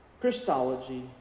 Christology